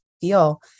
feel